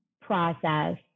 process